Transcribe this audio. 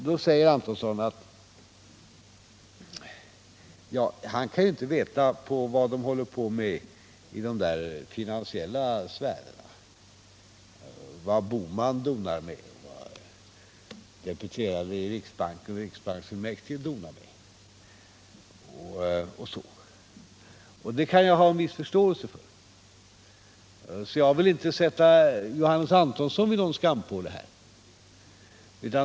Johannes Antonsson framhåller att han ju inte kan veta vad de håller på med i de finansiella sfärerna, vad Bohman donar med, vad deputerade i riksbanken och riksbanksfullmäktige donar med. Det kan jag ha en viss förståelse för. Jag vill inte sätta Johannes Antonsson vid skampålen.